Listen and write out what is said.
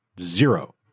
Zero